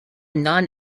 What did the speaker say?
non